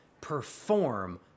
Perform